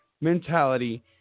mentality